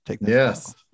Yes